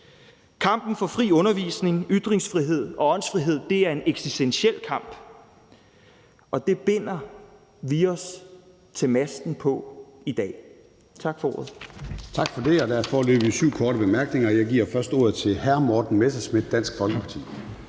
Kampen for fri undervisning, ytringsfrihed og åndsfrihed er en eksistentiel kamp, og det binder vi os til masten på i dag. Tak for ordet.